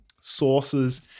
sources